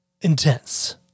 intense